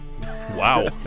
Wow